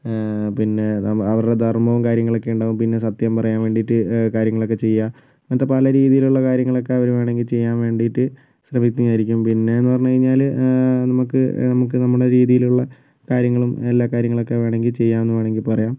പിന്നെ അവ അവരുടെ ധർമ്മവും കാര്യങ്ങളൊക്കെയുണ്ടാകും പിന്നെ സത്യം പറയാൻ വേണ്ടീയിട്ട് കാര്യങ്ങളൊക്കെ ചെയ്യുക ഇങ്ങനത്തെ പല രീതിയിലുള്ള കാര്യങ്ങളൊക്കെ അവർ വേണമെങ്കിൽ ചെയ്യാൻ വേണ്ടിയിട്ട് ശ്രമിക്കുന്നയായിരിക്കും പിന്നെയെന്ന് പറഞ്ഞ് കഴിഞ്ഞാൽ നമുക്ക് നമുക്ക് നമ്മുടെ രീതിയിലുള്ള കാര്യങ്ങളും എല്ലാ കാര്യങ്ങളൊക്കെ വേണമെങ്കിൽ ചെയ്യാമെന്ന് വേണമെങ്കിൽ പറയാം